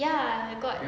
ya there got